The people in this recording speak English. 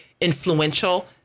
influential